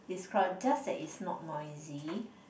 it's crowd just that it's not noisy